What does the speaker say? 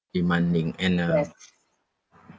demanding and uh